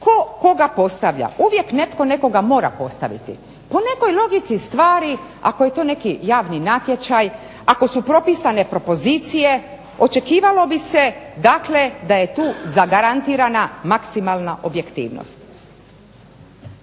tko koga postavlja? Uvijek netko nekoga mora postaviti. Po nekoj logici stvari ako je to neki javni natječaj, ako su propisane propozicije očekivalo bi se dakle da je tu zagarantirana maksimalna objektivnost.